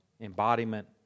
embodiment